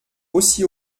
aussi